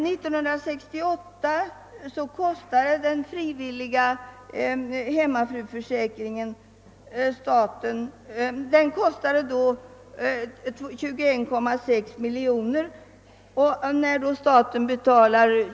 cent av denna kostnad fick man svara för en utgift på 4,3 miljoner kronor.